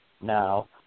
now